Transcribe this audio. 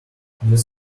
this